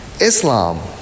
Islam